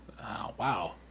Wow